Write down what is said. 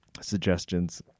suggestions